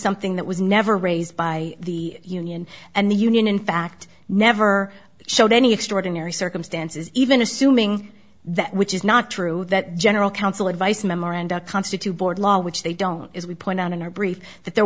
something that was never raised by the union and the union in fact never showed any extraordinary circumstances even assuming that which is not true that general counsel advice memoranda constitute board law which they don't is we point out in our brief that there